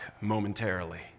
momentarily